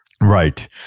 Right